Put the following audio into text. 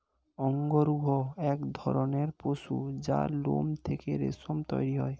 অঙ্গরূহ এক ধরণের পশু যার লোম থেকে রেশম তৈরি হয়